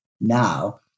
now